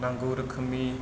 नांगौ रोखोमनि